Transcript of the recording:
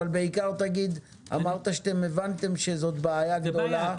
אבל בעיקר תגיד אמרת שאתם הבנתם שזאת בעיה גדולה.